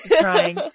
Trying